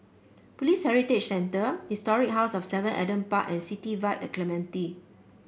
Police Heritage Centre Historic House of Seven Adam Park and City Vibe at Clementi